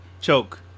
choke